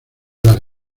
las